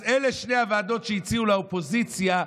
אז אלה שתי הוועדות שהציעו לאופוזיציה,